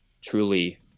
truly